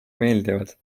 meeldivad